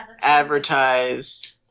advertise